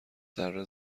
ذره